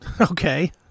Okay